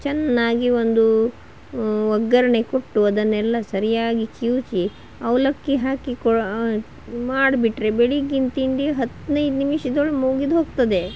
ಚೆನ್ನಾಗಿ ಒಂದು ಒಗ್ಗರಣೆ ಕೊಟ್ಟು ಅದನ್ನೆಲ್ಲ ಸರಿಯಾಗಿ ಕಿವುಚಿ ಅವಲಕ್ಕಿ ಹಾಕಿ ಕೊ ಮಾಡಿಬಿಟ್ರೆ ಬೆಳಿಗ್ಗಿನ ತಿಂಡಿ ಹದಿನೈದು ನಿಮಿಷ್ದೊಳಗೆ ಮುಗಿದೋಗ್ತದೆ